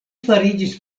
fariĝis